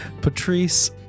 Patrice